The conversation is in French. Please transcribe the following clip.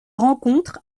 rencontre